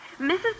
Mrs